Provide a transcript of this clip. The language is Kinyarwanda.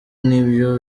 nibyo